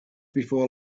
before